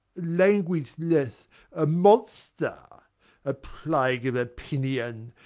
languageless, a monster. a plague of opinion!